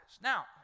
now